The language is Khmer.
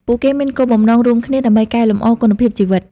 ពួកគេមានគោលបំណងរួមគ្នាដើម្បីកែលម្អគុណភាពជីវិត។